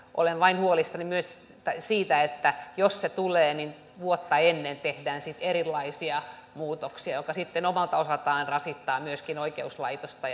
olen vain huolissani myös siitä että jos se tulee niin vuotta ennen tehdään sitten erilaisia muutoksia mikä sitten omalta osaltaan rasittaa myöskin oikeuslaitosta